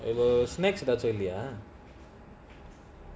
although ஏதாச்சும்வந்தியா:edhachum vandhia